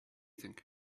think